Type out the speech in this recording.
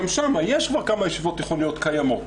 גם שם יש כבר כמה ישיבות תיכוניות קיימות.